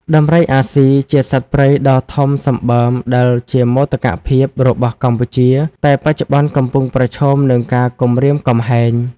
ដំរីអាស៊ី ជាសត្វព្រៃដ៏ធំសម្បើមដែលជាមោទកភាពរបស់កម្ពុជា តែបច្ចុប្បន្នកំពុងប្រឈមនឹងការគំរាមកំហែង។